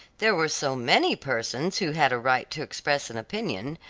there were so many persons who had a right to express an opinion,